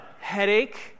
Headache